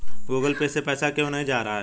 Google Pay से पैसा क्यों नहीं जा रहा है?